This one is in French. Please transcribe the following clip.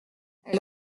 elle